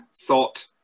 thought